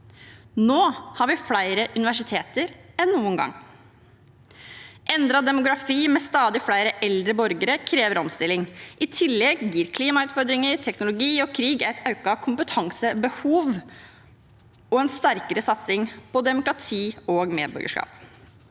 Nå har vi flere universiteter enn noen gang. Endret demografi med stadig flere eldre borgere krever omstilling. I tillegg gir klimautfordringer, teknologi og krig økt kompetansebehov og sterkere satsing på demokrati og medborgerskap.